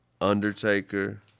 Undertaker